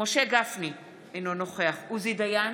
משה גפני, אינו נוכח עוזי דיין,